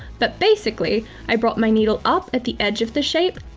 but basically i brought my needle up at the edge of the shape,